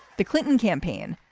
the clinton campaign,